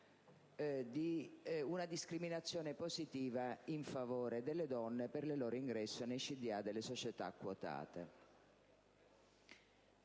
di una discriminazione positiva in favore delle donne per il loro ingresso nei CDA delle società quotate.